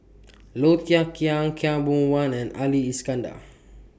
Low Thia Khiang Khaw Boon Wan and Ali Iskandar